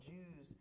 Jews